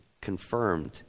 confirmed